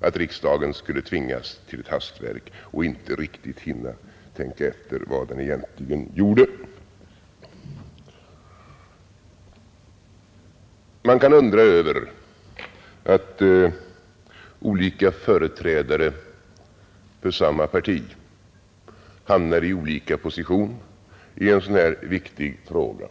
att riksdagen skulle tvingas till ett hastverk och inte riktigt hinna tänka efter vad den egentligen gjorde. Man kan undra över att olika företrädare för samma parti hamnar i olika positioner i en sådan här viktig fråga.